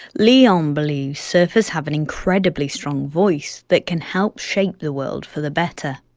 leon believes surfers have an incredibly strong voice that can help shape the world for the better.